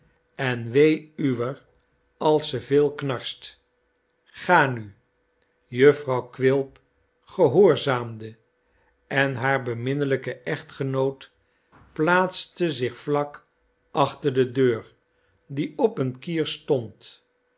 en wee uwer als ze veel knarst ga nu jufvrouw quilp gehoorzaamde en haar beminnelijke echtgenoot plaatste zich vlak achter de deur die op een kier stond